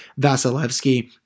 Vasilevsky